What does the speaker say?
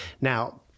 Now